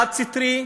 חד-סטרי,